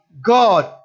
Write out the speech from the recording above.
God